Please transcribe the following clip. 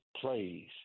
plays